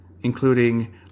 Including